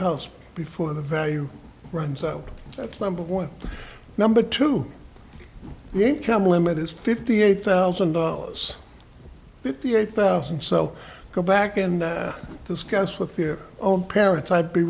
house before the value runs out that's number one number two the income limit is fifty eight thousand dollars fifty eight thousand so go back and discuss with your own parents i'd be